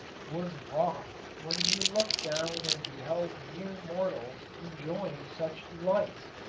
was wroth when he looked down and beheld mere mortals enjoying such delights.